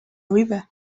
river